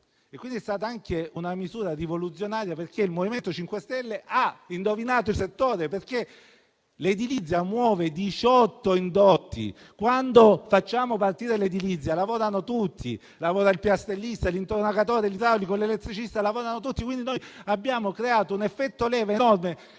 e quindi è stata anche una misura rivoluzionaria. Il MoVimento 5 Stelle ha indovinato il settore su cui intervenire, perché l'edilizia muove 18 indotti. Quando facciamo partire l'edilizia lavorano tutti: il piastrellista, l'intonacatore, l'idraulico, l'elettricista. Quindi, abbiamo creato un effetto leva enorme,